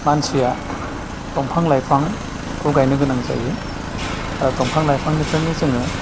मानसिया दफां लाइफांखौ गायनो गोनां जायो आरो दंफां लाइफांनिफ्राइनो जोङो